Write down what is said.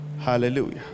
hallelujah